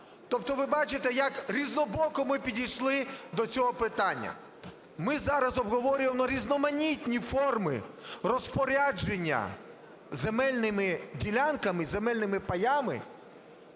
Тобто ви бачите, як різнобоко ми підійшли до цього питання. Ми зараз обговорюємо різноманітні форми розпорядження земельними ділянками, земельними паями.